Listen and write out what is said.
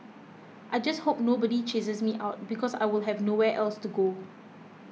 I just hope nobody chases me out because I will have nowhere else to go